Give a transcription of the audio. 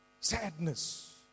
sadness